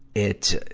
it,